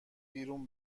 بیرون